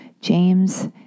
James